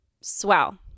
swell